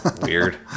Weird